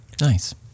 Nice